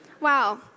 wow